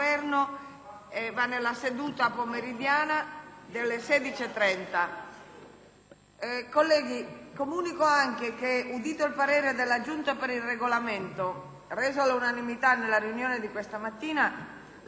colleghi, udito il parere della Giunta per il Regolamento, reso all'unanimità nella riunione di questa mattina, la Presidenza ha proceduto all'integrazione della Giunta, ai sensi dell'articolo 18, comma 2, del Regolamento.